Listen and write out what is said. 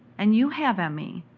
and you have ah me,